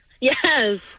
Yes